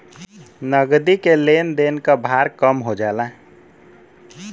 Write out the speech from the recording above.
नगदी के लेन देन क भार कम हो जाला